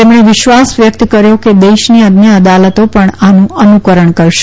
તેમણે વિશ્વાસ વ્યકત કર્યો કે દેશની અન્ય અદાલતો પણ આનુ અનુકરણ કરશે